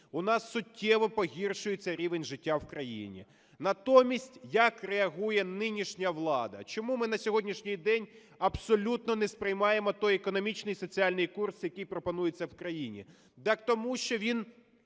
У нас суттєво погіршується рівень життя в країні. Натомість як реагує нинішня влада? Чому ми на сьогоднішній день абсолютно не сприймаємо той економічний соціальний курс, який пропонується в країні? Тому що він